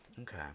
Okay